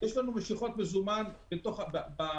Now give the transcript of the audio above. יש לנו משיכות מזומן במרכולים,